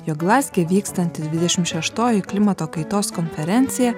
jog glazge vykstanti dvidešimt šeštoji klimato kaitos konferencija